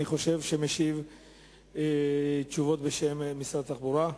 משיב תשובות בשם משרד התחבורה.